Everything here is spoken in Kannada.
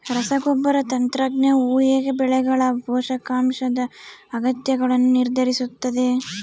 ರಸಗೊಬ್ಬರ ತಂತ್ರಜ್ಞಾನವು ಹೇಗೆ ಬೆಳೆಗಳ ಪೋಷಕಾಂಶದ ಅಗತ್ಯಗಳನ್ನು ನಿರ್ಧರಿಸುತ್ತದೆ?